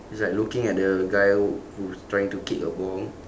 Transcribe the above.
it's like looking at the guy who who's trying to kick a ball